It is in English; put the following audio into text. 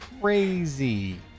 crazy